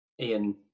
Ian